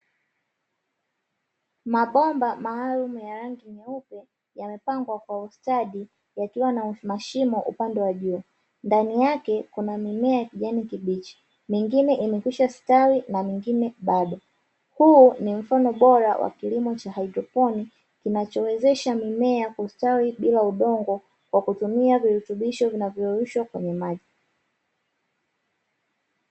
Mabomba maalumu ya rangi nyeupe, yamepangwa kwa ustadi yakiwa na mashimo upande wa juu. Ndani yake kuna mimea ya kijani kibichi, mingine imekwisha stawi na mingine bado. Huu ni mfano bora wa kilimo cha haidroponi, kinachowezesha mimea kustawi bila udongo, kwa kutumia virutubisho vinavyoyeyushwa kwenye maji.